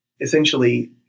essentially